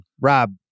Rob